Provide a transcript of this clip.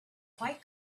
quite